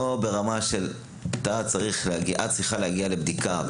יש עניין של קשר משפחתי לגבי המחלה הזאת.